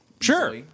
Sure